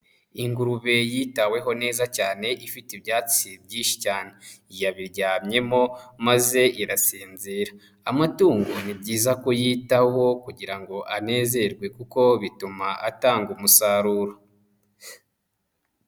Ingurube yitaweho neza cyane, ifite ibyatsi byinshi cyane, yabiryamyemo maze irasinzira ,amatungo ni byiza kuyitaho kugira ngo anezerwe kuko bituma atanga umusaruro.